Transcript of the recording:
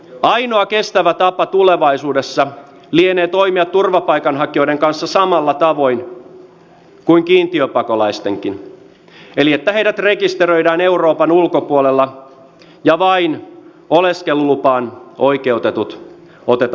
ainoa kestävä tapa tulevaisuudessa lienee toimia turvapaikanhakijoiden kanssa samalla tavoin kuin kiintiöpakolaistenkin eli niin että heidät rekisteröidään euroopan ulkopuolella ja vain oleskelulupaan oikeutetut otetaan tänne